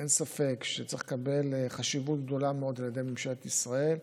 אין ספק שהוא צריך לקבל חשיבות גדולה מאוד על ידי ממשלת ישראל,